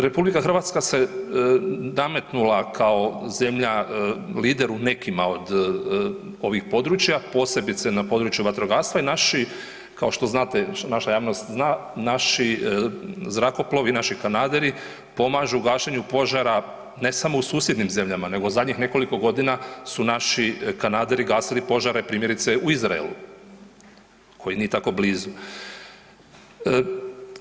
RH se nametnula kao zemlja lider u nekima od ovih područja, posebice na području vatrogastva i naši, kao što znate, naša javnost zna, naši zrakoplovi, naši kanaderi, pomažu u gašenju požara, ne samo u susjednim zemljama nego zadnjih nekoliko godina su naši kanaderi gasili požare, primjerice, u Izraelu koji nije tako blizu.